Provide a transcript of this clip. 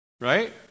right